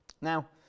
Now